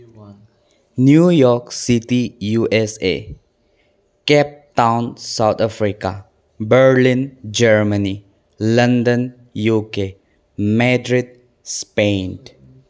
New York City USA cap town South Africa Berlin Germany London UK Madrid Spain